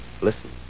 Listen